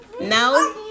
No